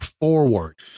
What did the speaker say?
forward